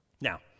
Now